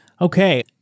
Okay